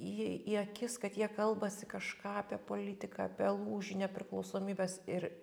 į į akis kad jie kalbasi kažką apie politiką apie lūžį nepriklausomybės ir